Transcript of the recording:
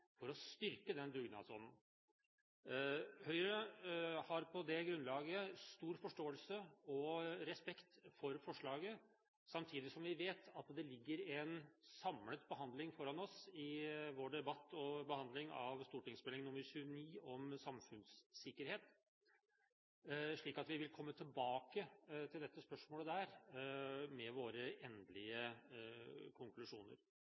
for å styrke den dugnadsånden? Høyre har på det grunnlaget stor forståelse og respekt for forslaget, samtidig som vi vet at det ligger en samlet behandling foran oss, i vår debatt om og behandling av stortingsmelding nr. 29 om samfunnssikkerhet. Vi vil komme tilbake til dette spørsmålet der med våre endelige konklusjoner.